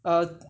err